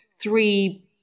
three